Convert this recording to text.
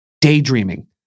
daydreaming